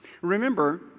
Remember